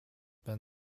been